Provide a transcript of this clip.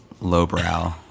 lowbrow